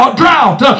drought